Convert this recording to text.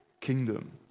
kingdom